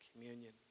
Communion